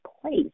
place